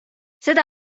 seda